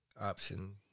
option